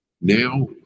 now